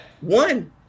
One